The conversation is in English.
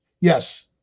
Yes